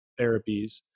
therapies